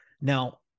Now